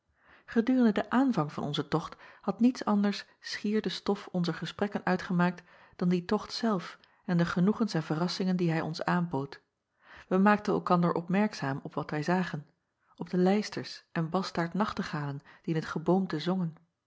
edurende den aanvang van onzen tocht had niets anders schier de stof onzer gesprekken uitgemaakt dan die tocht zelf en de genoegens en verrassingen die hij ons aanbood ij maakten elkander opmerkzaam op wat wij zagen op de lijsters en bastaardnachtegalen die in t geboomte zongen